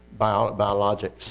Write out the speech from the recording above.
biologics